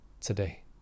today